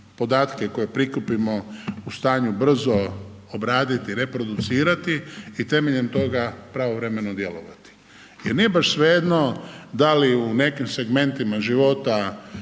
koje prikupimo u stanju brzo obraditi i reproducirati i temeljem toga pravovremeno djelovati. Jer nije baš svejedno da li u nekim segmentima života